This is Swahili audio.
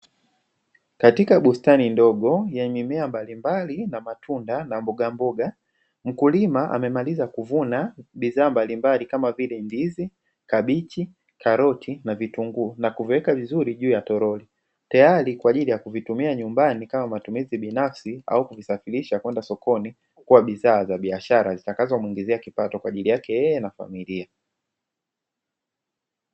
Katika bustani ndogo ya mimea mbalimbali na matunda na mbogamboga, mkulima amevuna mazao mbalimbali kama vile, ndizi kabichi, karoti na vitunguu na kuviweka vizuri juu ya toroli tayari kwa ajili ya kuvitumia nyumbani, kama chakula au kupeleka sokoni kama bidhaa, zitakazomuongezea kipato kwa ajili yake na familia yake.